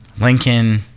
Lincoln